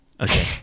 Okay